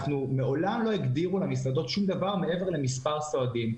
מעולם לא הגדירו למסעדות שום דבר מעבר למספר סועדים.